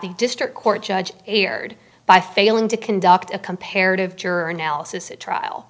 district court judge erred by failing to conduct a comparative juror analysis a trial